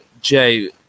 Jay